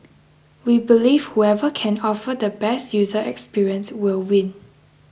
we believe whoever can offer the best user experience will win